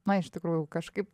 na iš tikrųjų kažkaip